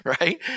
Right